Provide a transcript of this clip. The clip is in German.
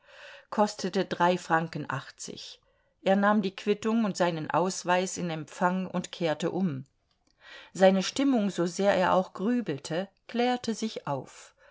kostete drei franken achtzig er nahm die quittung und seinen ausweis in empfang und kehrte um seine stimmung so sehr er auch grübelte klärte sich auf